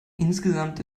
insgesamt